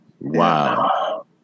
Wow